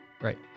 Right